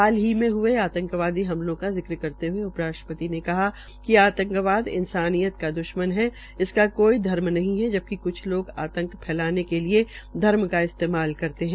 हालही मे हये आंतकवादी हमलों का जिक्र करते हए उप राष्ट्रपति ने कहा कि आंतकवाद इंसानियत का द्श्मन है इसका कोई धर्म नहीं है जबकि क्छ लोग आंतक फैलाने के लिये धर्म का इस्तेमाल करते है